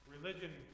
Religion